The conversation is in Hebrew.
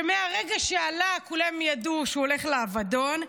שמהרגע שעלה כולם ידעו שהוא הולך לאבדון.